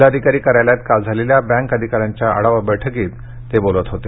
जिल्हाधिकारी कार्यालयात काल झालेल्या बँक अधिकाऱ्यांच्या आढावा बैठकीत ते बोलत होते